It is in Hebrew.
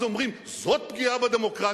אז אומרים: זו פגיעה בדמוקרטיה.